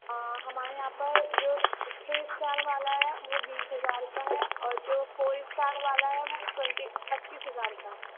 ہاں ہمارے یہاں پر جو تھری اسٹار والا ہے وہ بیس ہزار کا ہے اور جو فور اسٹار والا ہے وہ ٹوینٹی پچیس ہزار کا ہے